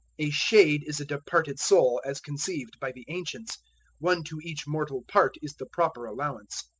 a shade is a departed soul, as conceived by the ancients one to each mortal part is the proper allowance.